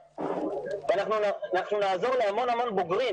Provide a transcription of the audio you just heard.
אנחנו נעזור להמון המון בוגרים